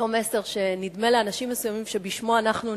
אותו מסר שנדמה לאנשים מסוימים שבשמו אנחנו נרדפים?